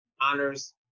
honors